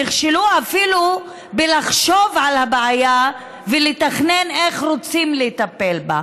נכשלו אפילו בלחשוב על הבעיה ולתכנן איך רוצים לטפל בה.